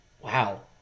wow